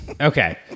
okay